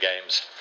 games